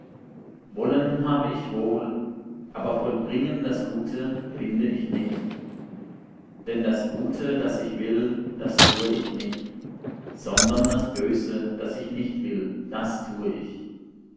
wollen habe ich wohl aber vollbringen das gute finde ich nicht denn das gute das ich will das tue ich nicht sondern das böse das ich nicht will das tue ich